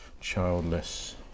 childless